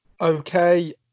okay